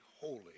holy